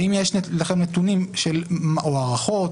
האם יש לכם נתונים או הערכות,